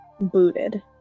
booted